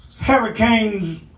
Hurricanes